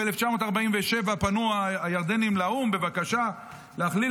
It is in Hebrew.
ב-1947 פנו הירדנים לאו"ם בבקשה להכליל